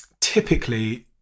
typically